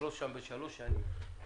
לפרוס שם בשלוש שנים,